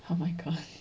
oh my god